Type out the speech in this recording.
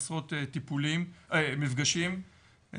עשרות מפגשים,